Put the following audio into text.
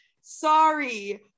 sorry